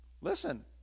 Listen